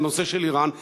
בנושא של איראן,